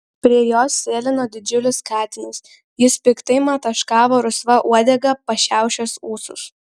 prie jos sėlino didžiulis katinas jis piktai mataškavo rusva uodega pašiaušęs ūsus